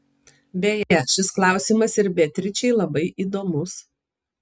beje šis klausimas ir beatričei labai įdomus